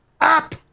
up